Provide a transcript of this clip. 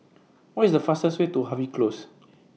What IS The fastest Way to Harvey Close